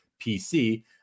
PC